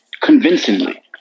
Convincingly